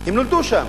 הם נולדו שם.